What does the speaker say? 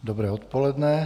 Dobré odpoledne.